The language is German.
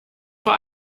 vor